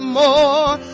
more